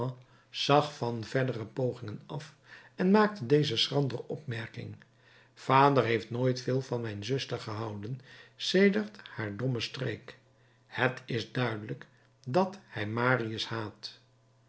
zag van verdere pogingen af en maakte deze schrandere opmerking vader heeft nooit veel van mijn zuster gehouden sedert haar dommen streek het is duidelijk dat hij marius haat